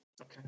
Okay